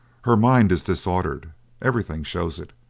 her mind is disordered everything shows it.